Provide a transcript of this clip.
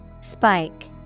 Spike